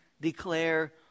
declare